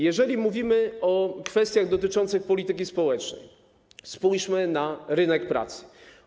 Jeżeli mówimy o kwestiach dotyczących polityki społecznej, to spójrzmy na rynek pracy.